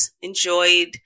enjoyed